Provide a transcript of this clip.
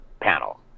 panel